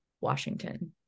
Washington